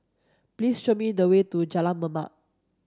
please show me the way to Jalan Mamam